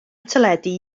teledu